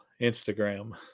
Instagram